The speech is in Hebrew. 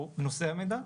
או נושא המידע.